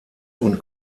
und